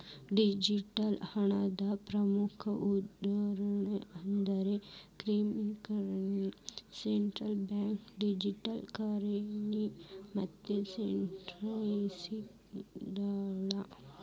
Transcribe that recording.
digital ಹಣದ ಪ್ರಕಾರ ಉದಾಹರಣಿ ಅಂದ್ರ cryptocurrency, central bank digital currency ಮತ್ತ ಸ್ಟೇಬಲ್ಕಾಯಿನ್ಗಳ